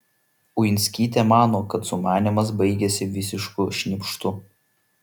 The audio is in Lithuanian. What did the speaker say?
uinskytė mano kad sumanymas baigėsi visišku šnypštu